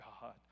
God